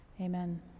amen